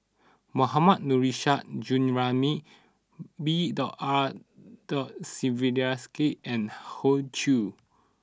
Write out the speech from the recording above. Mohammad Nurrasyid Juraimi B R Sreenivasan and Hoey Choo